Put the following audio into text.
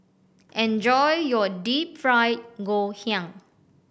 enjoy your Deep Fried Ngoh Hiang